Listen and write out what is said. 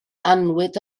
annwyd